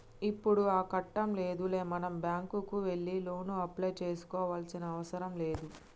ఇప్పుడు ఆ కట్టం లేదులే మనం బ్యాంకుకే వెళ్లి లోను అప్లై చేసుకోవాల్సిన అవసరం లేదు